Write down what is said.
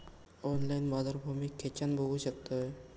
Online बाजारभाव मी खेच्यान बघू शकतय?